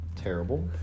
terrible